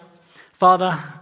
Father